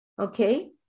Okay